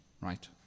right